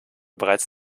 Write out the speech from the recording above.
bereits